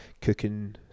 cooking